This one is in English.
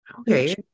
okay